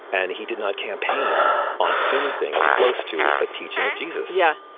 and he did not campaign on anything close to a teaching of jesus yeah.